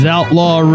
Outlaw